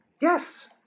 Yes